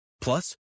Plus